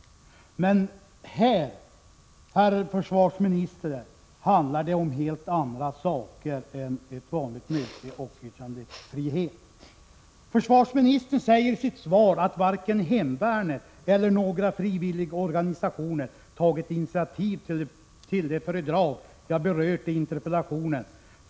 Men här, herr försvarsminister, handlar det om helt andra saker än ett vanligt möte och yttrandefrihet. Försvarsministern säger i sitt svar att varken hemvärnet eller några frivilligorganisationer tagit initiativ till det föredrag som jag berört i interpellationen.